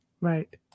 Right